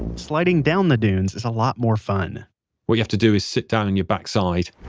sliding down the dunes is a lot more fun what you have to do is sit down in your backside,